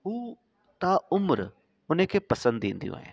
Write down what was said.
ऊ ताउमिरि हुनखे पसंदि ईंदियूं आहिनि